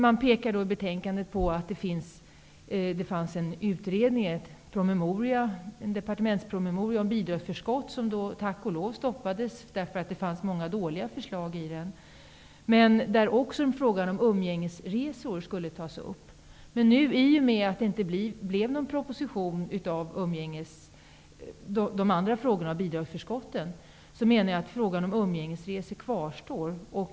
Man pekar i betänkandet på att det fanns en departementspromemoria, som tack och lov stoppades därför att det fanns många dåliga förslag i den. I promemorian skulle också frågan om umgängesresor tas upp. Men i och med att det inte blev någon proposition om bidragsförskotten, menar jag att frågan om umgängesresor kvarstår.